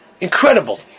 incredible